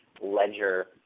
ledger